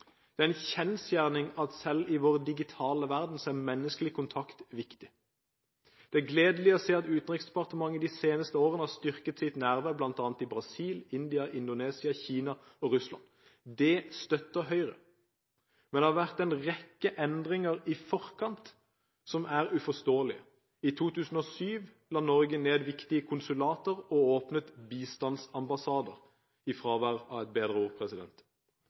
Det er en kjensgjerning at selv i vår digitale verden, er menneskelig kontakt viktig i næringslivet. Det er gledelig å se at Utenriksdepartementet de seneste årene har styrket sitt nærvær i bl.a. Brasil, India, Indonesia, Kina og Russland. Det støtter Høyre, men det har vært en rekke endringer i forkant som er uforståelige. I 2007 la Norge ned viktige konsulater og åpnet «bistandsambassader» – i fravær av et bedre ord.